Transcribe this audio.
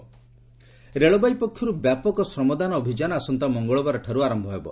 railway ଶ୍ରମଦାନ ରେଳବାଇ ପକ୍ଷରୁ ବ୍ୟାପକ ଶ୍ରମଦାନ ଅଭିଯାନ ଆସନ୍ତା ମଙ୍ଗଳବାରଠାରୁ ଆରମ୍ଭ କରାଯିବ